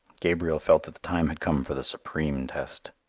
gabriel felt that the time had come for the supreme test,